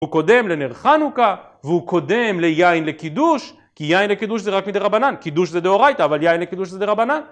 הוא קודם לנר חנוכה והוא קודם ליין לקידוש, כי יין לקידוש זה רק מדרבנן, קידוש זה דאורייתא. אבל יין לקידוש זה דרבנן